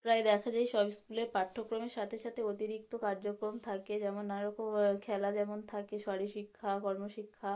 প্রায় দেখা যায় সব স্কুলে পাঠ্যক্রমের সাতে সাতে অতিরিক্ত কার্যক্রম থাকে যেমন নানা রকম খেলা যেমন থাকে শরী শিক্ষা কর্ম শিক্ষা